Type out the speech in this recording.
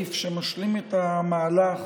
סעיף שמשלים את המהלך